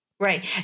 Right